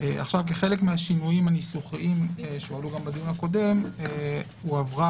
כחלק מהשינויים הנוסחיים שהועלו בדיון הקודם הועברה